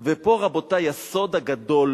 פה, רבותי, הסוד הגדול